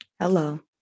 Hello